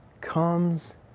comes